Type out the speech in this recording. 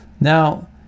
Now